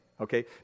okay